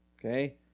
Okay